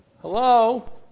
Hello